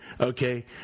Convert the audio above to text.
okay